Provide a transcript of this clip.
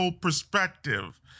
perspective